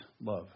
love